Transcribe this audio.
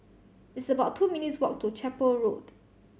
it's about two minutes' walk to Chapel Road